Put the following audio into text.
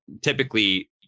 typically